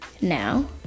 now